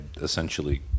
essentially